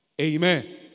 Amen